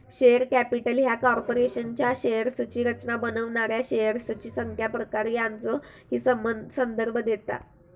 share capital ह्या कॉर्पोरेशनच्या शेअर्सची रचना बनवणाऱ्या शेअर्सची संख्या, प्रकार यांचो ही संदर्भ देता